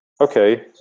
Okay